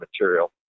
material